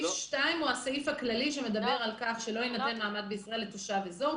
סעיף 2 הוא הסעיף הכללי שמדבר על כך שלא יינתן מעמד בישראל לתושב אזור.